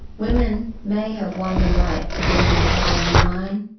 women may have won the right to be in the firing line.